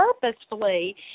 purposefully